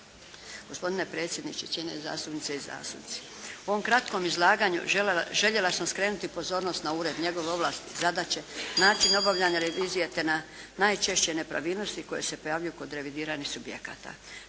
Gospodine predsjedniče, cijenjene zastupnice i zastupnici, u ovom kratkom izlaganju željela sam skrenuti pozornost na ured, njegove ovlasti, zadaće, način obavljanja revizije, te na najčešće nepravilnosti koje se pojavljuju kod revidiranih subjekata.